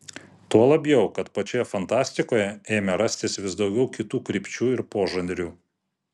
tuo labiau kad pačioje fantastikoje ėmė rastis vis daugiau kitų krypčių ir požanrių